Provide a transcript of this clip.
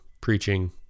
preaching